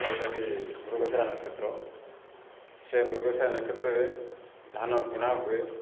ଯେଉଁଟାକି ମୃଗଶିରା ନକ୍ଷେତ୍ର ସେ ମୃଗଶିରା ନକ୍ଷେତ୍ରରେ ଧାନ ବୁଣା ହୁଏ